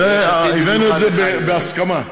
יש עתיד,